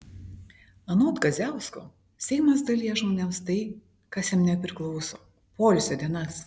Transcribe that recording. anot kadziausko seimas dalija žmonėms tai kas jam nepriklauso poilsio dienas